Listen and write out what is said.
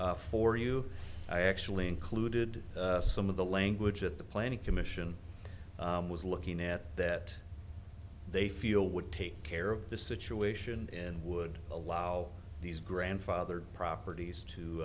for you i actually included some of the language at the planning commission was looking at that they feel would take care of the situation and would allow these grandfathered properties